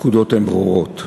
הפקודות הן ברורות: